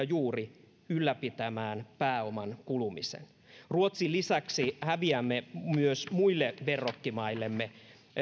juuri ylläpitämään pääoman kulumisen ruotsin lisäksi häviämme myös muille verrokkimaillemme